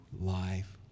life